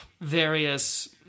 various